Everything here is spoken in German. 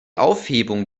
aufhebung